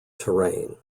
terrain